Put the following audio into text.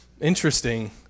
interesting